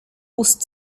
ust